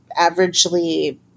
averagely